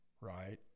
right